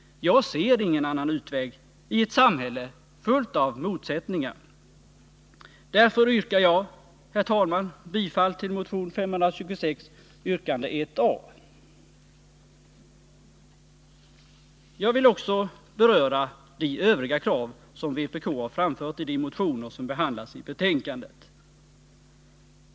Jag ser ingen annan utväg i ett samhälle fullt av motsättningar. Därför yrkar jag, herr talman, bifall till motion 526, yrkande 1 a. Jag vill också beröra de övriga krav som vpk har framfört i de motioner som behandlas i betänkandet.